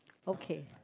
okay